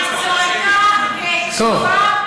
אבל זו הייתה תשובה,